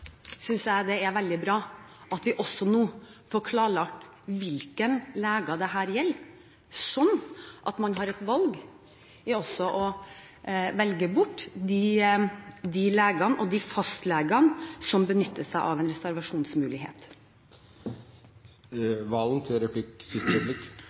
synes jeg det er veldig bra at vi også nå får klarlagt hvilke leger dette gjelder, slik at man har et valg også i å velge bort de legene og de fastlegene som benytter seg av